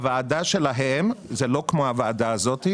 הוועדה שלהם זה לא כמו הוועדה הזו.